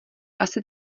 asi